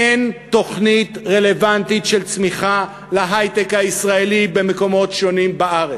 אין תוכנית רלוונטית של צמיחה להיי-טק הישראלי במקומות שונים בארץ.